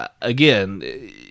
again